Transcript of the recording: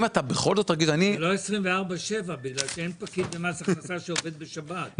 לא 24/7 כי אין פקיד במערכת האכיפה שעובד בשבת.